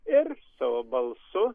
ir savo balsu